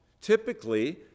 typically